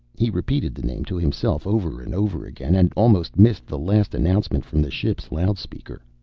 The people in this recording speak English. he repeated the name to himself over and over again, and almost missed the last announcement from the ship's loudspeaker.